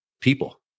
people